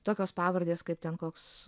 tokios pavardės kaip ten koks